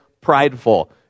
prideful